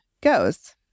goes